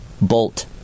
bolt